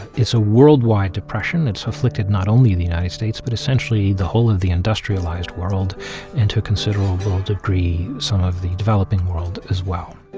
it's a worldwide depression that's afflicted not only the united states, but essentially the whole of the industrialized world and to a considerable degree some of the developing world as well.